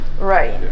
Right